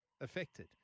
affected